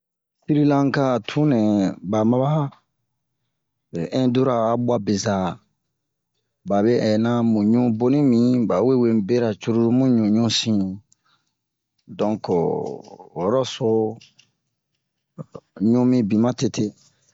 Sirilanka a tunɛ ba maba indura bwa beza babe inna mu ɲu boni mi bawe we mu bera cururu mu ɲu ɲusin donk o ho yoroso ɲu mibin ma tete